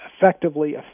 effectively